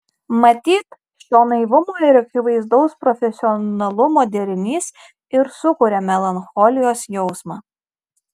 matyt šio naivumo ir akivaizdaus profesionalumo derinys ir sukuria melancholijos jausmą